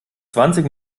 zwanzig